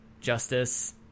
Justice